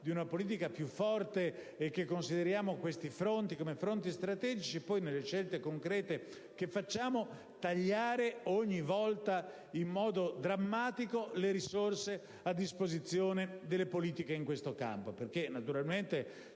di una politica più forte e che consideriamo questi fronti come strategici e poi, nelle scelte concrete che facciamo, tagliare ogni volta in modo drammatico le risorse a disposizione delle politiche in questo campo. Naturalmente